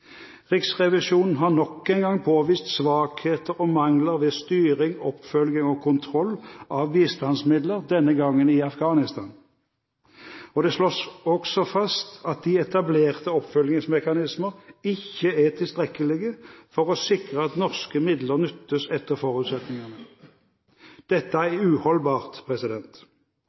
Riksrevisjonen har nok en gang påvist svakheter og mangler ved styring, oppfølging og kontroll av bistandsmidler, denne gangen i Afghanistan. Det slås også fast at de etablerte oppfølgingsmekanismer ikke er tilstrekkelige for å sikre at norske midler nyttes etter forutsetningene. Dette er uholdbart.